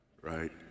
right